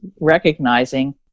recognizing